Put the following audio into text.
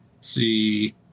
see